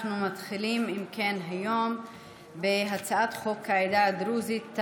אנו מתחילים עם הצעת חוק העדה הדרוזית,